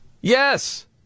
Yes